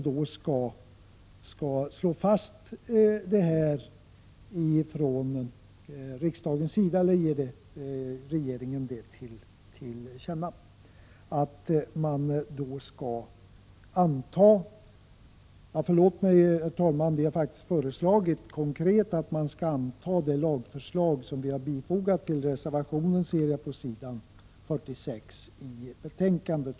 Vi har konkret föreslagit att riksdagen skall anta det lagförslag som vi har fogat till reservation 28 på s. 46i betänkandet.